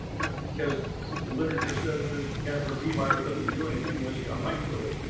because literature says that kashmir bee virus doesn't do anything unless you got mites with it.